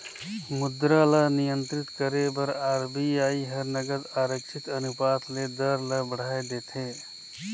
मुद्रा ल नियंत्रित करे बर आर.बी.आई हर नगद आरक्छित अनुपात ले दर ल बढ़ाए देथे